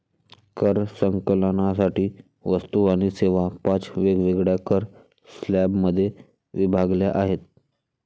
कर संकलनासाठी वस्तू आणि सेवा पाच वेगवेगळ्या कर स्लॅबमध्ये विभागल्या आहेत